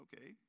okay